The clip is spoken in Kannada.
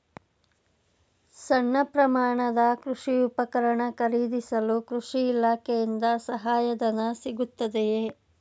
ಸಣ್ಣ ಪ್ರಮಾಣದ ಕೃಷಿ ಉಪಕರಣ ಖರೀದಿಸಲು ಕೃಷಿ ಇಲಾಖೆಯಿಂದ ಸಹಾಯಧನ ಸಿಗುತ್ತದೆಯೇ?